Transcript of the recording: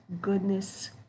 goodness